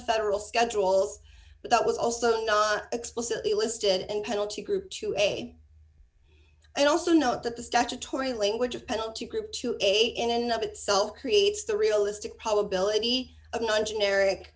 federal schedules but that was also explicitly listed and penalty group to aid and also note that the statutory language of penalty group to aid in of itself creates the realistic probability of non generic